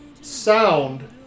sound